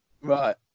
Right